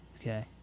okay